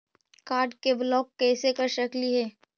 Card के block कैसे कर सकली हे?